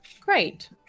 great